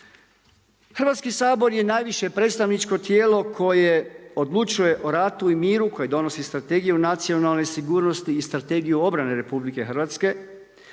Hrvatski sabor je najviše predstavničko tijelo koje odlučuje o ratu i miru, koje donosi Strategiju nacionalne sigurnosti i Strategiju obrane RH. Ali je